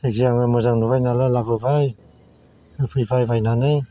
जायखिया आंबो मोजां नुबाय नालाय लाबोबाय होफैबाय बायनानै